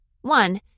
One